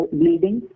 bleeding